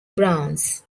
browns